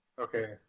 Okay